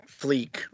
fleek